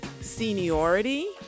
seniority